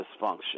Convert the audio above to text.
dysfunction